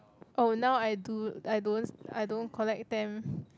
oh now I do I don't I don't collect them